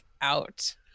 out